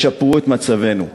ישפרו את מצבנו.